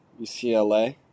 UCLA